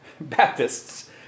Baptists